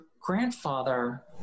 grandfather